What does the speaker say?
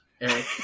Eric